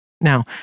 Now